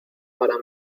para